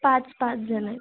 पाच पाच जण आहेत